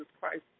Christ